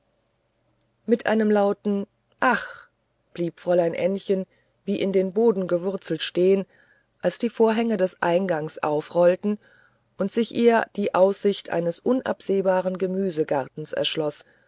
mit einem lauten ach blieb fräulein ännchen wie in den boden gewurzelt stehen als die vorhänge des einganges aufrollten und sich ihr die aussicht eines unabsehbaren gemüsegartens erschloß